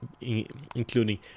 including